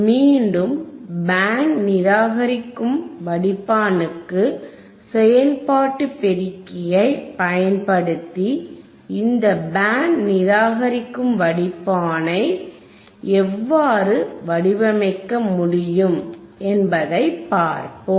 மீண்டும் பேண்ட் நிராகரிக்கும் வடிப்பானுக்கு செயல்பாட்டு பெருக்கியை பயன்படுத்தி இந்த பேண்ட் நிராகரிக்கும் வடிப்பானை எவ்வாறு வடிவமைக்க முடியும் என்பதைப் பார்ப்போம்